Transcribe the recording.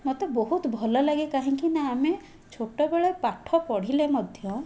ମୋତେ ବହୁତ ଭଲ ଲାଗେ କାହିଁକିନା ଆମେ ଛୋଟ ବେଳେ ପାଠ ପଢ଼ିଲେ ମଧ୍ୟ